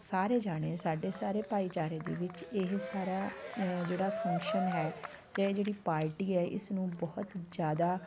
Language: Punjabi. ਸਾਰੇ ਜਾਣੇ ਸਾਡੇ ਸਾਰੇ ਭਾਈਚਾਰੇ ਦੇ ਵਿੱਚ ਇਹ ਸਾਰਾ ਜਿਹੜਾ ਫੰਕਸ਼ਨ ਹੈ ਜਾਂ ਜਿਹੜੀ ਪਾਰਟੀ ਹੈ ਇਸਨੂੰ ਬਹੁਤ ਜ਼ਿਆਦਾ